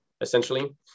essentially